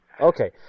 Okay